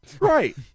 Right